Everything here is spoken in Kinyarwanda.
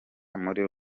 muri